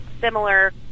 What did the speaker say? similar